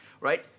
right